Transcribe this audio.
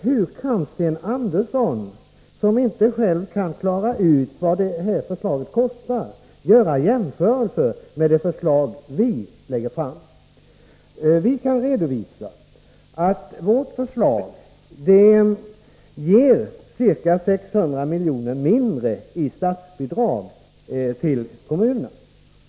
Hur kan Sten Andersson, som inte själv kan klara ut vad propositionens förslag kostar, göra jämförelser med det förslag vi lägger fram? Vi kan redovisa att vårt förslag ger ca 600 milj.kr. mindre i statsbidrag till kommunerna.